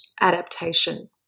adaptation